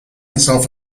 itself